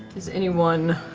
is anyone